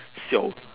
siao